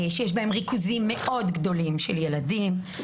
יש בהם ריכוזים מאוד גדולים של ילדים.